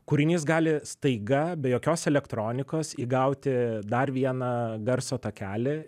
kūrinys gali staiga be jokios elektronikos įgauti dar vieną garso takelį